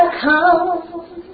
come